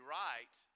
right